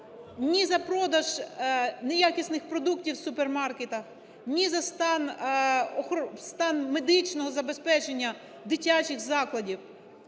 ні за продаж неякісних продуктів у супермаркетах, ні за стан медичного забезпечення дитячих закладів.